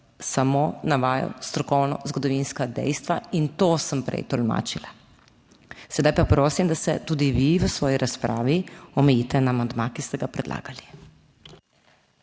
samo navajal strokovno zgodovinska dejstva in to sem prej tolmačila. Sedaj pa prosim, da se tudi vi v svoji razpravi omejite na amandma, ki ste ga predlagali.